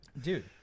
Dude